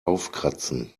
aufkratzen